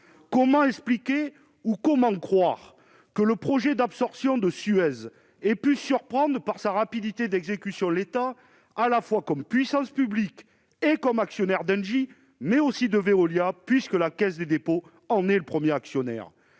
Comment expliquer, comment croire que le projet d'absorption de Suez ait pu surprendre par sa rapidité d'exécution l'État, à la fois comme puissance publique et comme actionnaire d'Engie, mais aussi de Veolia, puisque la Caisse des dépôts et consignation en est le premier actionnaire ?